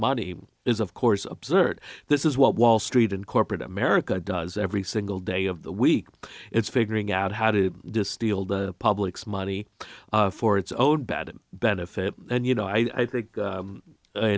money is of course absurd this is what wall street and corporate america does every single day of the week it's figuring out how to distill the public's money for its own bad benefit and you know i think